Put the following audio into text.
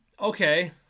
Okay